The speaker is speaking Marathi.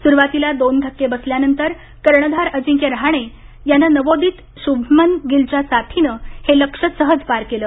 सुरुवातीला दोन धक्के बसल्यावर कर्णधार अजिंक्य रहाणे यानं नवोदित शुभमन गिलच्या साथीनं हे लक्ष्य सहज पार केलं